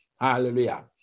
Hallelujah